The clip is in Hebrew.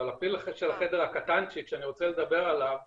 אבל הפיל שבחדר הקטנצ'יק שאני רוצה לדבר עליו הוא